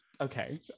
okay